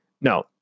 No